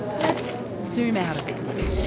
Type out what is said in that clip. let's zoom out a bit now.